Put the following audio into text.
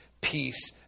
peace